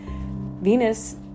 Venus